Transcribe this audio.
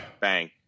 bang